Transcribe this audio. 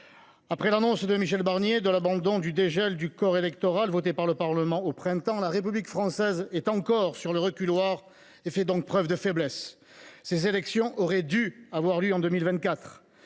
Après l’annonce par Michel Barnier de l’abandon du dégel du corps électoral, voté par le Parlement au printemps dernier, la République française est encore sur le reculoir. Elle fait preuve de faiblesse. Ces élections auraient dû avoir lieu en 2024.